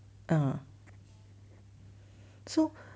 mm so